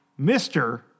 Mr